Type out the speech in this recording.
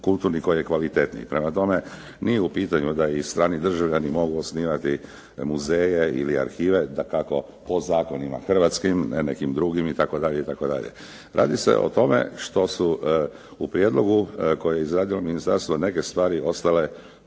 kulturni koji je i kvalitetniji. Prema tome, nije u pitanju da i strani državljani mogu osnivati muzeje ili arhive. Dakako, po zakonima hrvatskim, nekim drugim itd., itd. Radi se o tome što su u prijedlogu koje je izradilo ministarstvo, neke stvari ostale